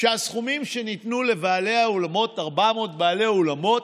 שהסכומים שניתנו לבעלי האולמות, 400 בעלי אולמות,